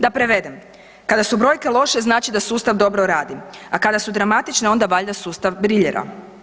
Da prevedem, kada su brojke loše, znači da sustav dobro radi, a kada su dramatične, onda valjda sustav briljira.